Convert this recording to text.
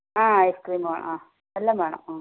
ആ ഐസ്ക്രീമ് ആ എല്ലം വേണം ആ